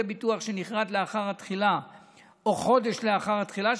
ביטוח שנכרת לאחר התחילה או חודש לאחר התחילה,